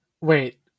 wait